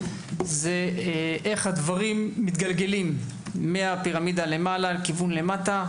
זה איך הדברים מתגלגלים מהפירמידה למעלה לכיוון למטה,